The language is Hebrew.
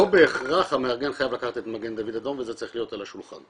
לא בהכרח המארגן חייב לקחת את מגן דוד אדום וזה צריך להיות על השולחן.